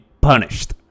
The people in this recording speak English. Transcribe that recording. punished